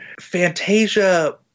Fantasia